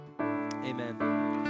amen